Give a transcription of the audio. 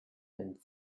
and